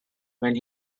when